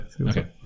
okay